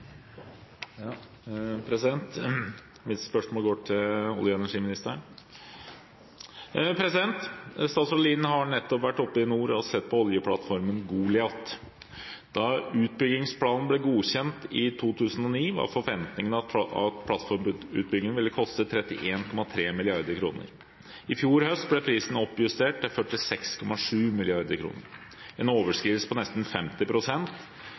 energiministeren. Statsråd Lien har nettopp vært oppe i nord og sett på oljeplattformen Goliat. Da utbyggingsplanen ble godkjent, i 2009, var forventningen at plattformutbyggingen ville koste 31,3 mrd. kr. I fjor høst ble prisen oppjustert til 46,7 mrd. kr – en overskridelse på nesten